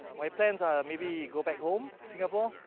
my plans are maybe go back home, singapore,